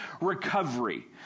recovery